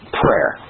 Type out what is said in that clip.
prayer